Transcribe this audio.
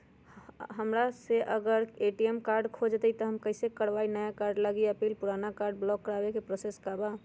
हमरा से अगर ए.टी.एम कार्ड खो जतई तब हम कईसे करवाई नया कार्ड लागी अपील और पुराना कार्ड ब्लॉक करावे के प्रोसेस का बा?